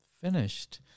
finished